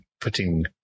putting